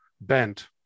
bent